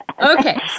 Okay